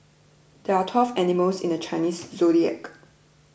there are twelve animals in the Chinese zodiac